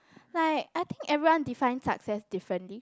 like I think everyone define success differently